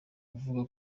kuvuga